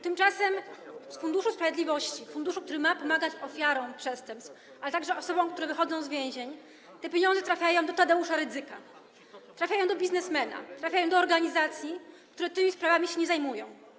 Tymczasem z Funduszu Sprawiedliwości, funduszu, który ma pomagać ofiarom przestępstw, a także osobom, które wychodzą z więzień, pieniądze trafiają do Tadeusza Rydzyka, trafiają do biznesmena, trafiają do organizacji, które tymi sprawami się nie zajmują.